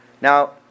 Now